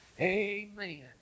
Amen